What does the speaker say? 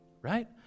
Right